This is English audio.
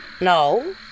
No